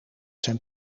zijn